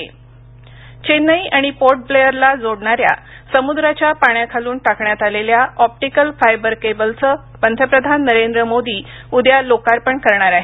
पंतप्रधान लोकार्पण चेन्नई आणि पोर्टब्लेअर ला जोडणाऱ्या समुद्राच्या पाण्याखालून टाकण्यात आलेल्या ऑप्टिकल फायबर केबलचं पंतप्रधान नरेंद्र मोदी उद्या लोकार्पण करणार आहेत